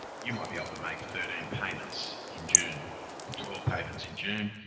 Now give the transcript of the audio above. you might be able to make thirteen payments in june or twelve payments in june,